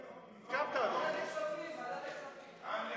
סיכמנו שהיא עוברת לוועדה המסדרת והסכמת, אדוני.